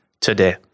today